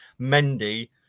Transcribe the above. Mendy